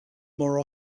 more